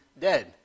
dead